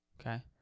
Okay